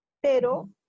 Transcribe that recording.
pero